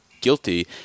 guilty